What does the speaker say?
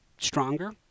Stronger